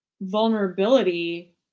vulnerability